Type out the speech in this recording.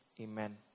Amen